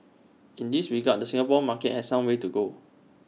in this regard the Singapore market has some way to go